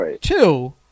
Two